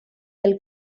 del